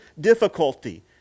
difficulty